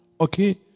Okay